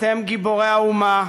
אתם גיבורי האומה,